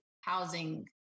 housing